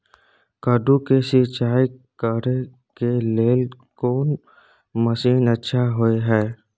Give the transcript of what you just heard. कद्दू के सिंचाई करे के लेल कोन मसीन अच्छा होय है?